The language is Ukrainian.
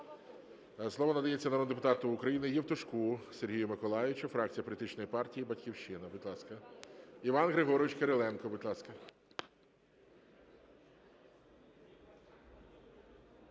Слово надається народному депутату України Євтушку Сергію Миколайовичу, фракція політичної партії "Батьківщина", будь ласка. Іван Григорович Кириленко, будь ласка.